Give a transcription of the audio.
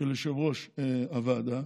של יושבת-ראש הוועדה,